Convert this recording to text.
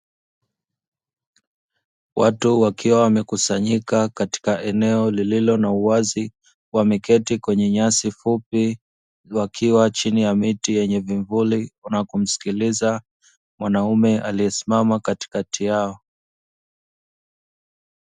Watu wakiwa wamekusanyika katika eneo lililo na uwazi, wameketi kwenye nyasi fupi, wakiwa chini ya miti yenye vivuli wanapo msikiliza mwanaume aliyesimama katikati yao.